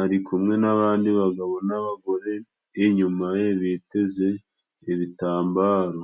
ari kumwe n'abandi bagabo n'abagore, inyuma ye biteze ibitambaro.